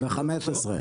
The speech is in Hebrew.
ב-2015.